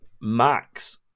Max